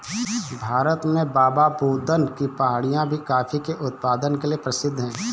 भारत में बाबाबुदन की पहाड़ियां भी कॉफी के उत्पादन के लिए प्रसिद्ध है